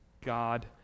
God